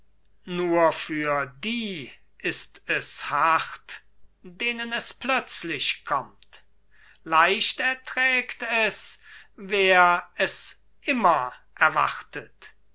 nur für die ist es hart denen es plötzlich kommt leicht erträgt es wer es immer erwartet